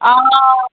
हां